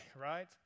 right